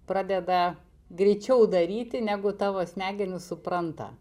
pradeda greičiau daryti negu tavo smegenys supranta